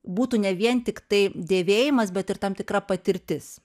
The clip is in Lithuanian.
būtų ne vien tiktai dėvėjimas bet ir tam tikra patirtis